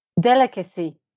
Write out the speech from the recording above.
Delicacy